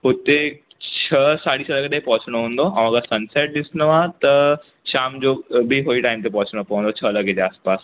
उते छ्ह साढी छ्ह बजे पहुचणो हूंदो ऐं अगरि सनसेट ॾिसणो आहे त शाम जो बि उहो ई टाइम ते पहुचणो पवंदो छह लॻे जे आसिपासि